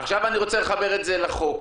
עכשיו אני רוצה לחבר את זה לחוק,